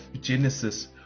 Genesis